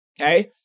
okay